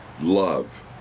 Love